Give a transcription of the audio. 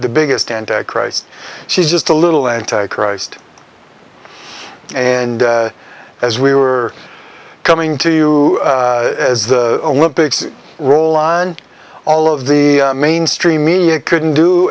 the biggest anti christ she's just a little anti christ and as we were coming to you as the olympics roll on all of the mainstream media couldn't do